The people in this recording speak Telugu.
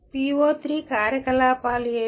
PO3 కార్యకలాపాలు ఏవి